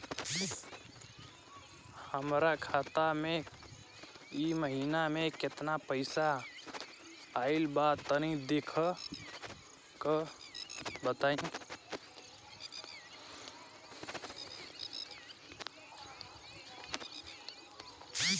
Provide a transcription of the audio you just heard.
हमरा खाता मे इ महीना मे केतना पईसा आइल ब तनि देखऽ क बताईं?